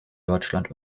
deutschland